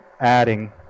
adding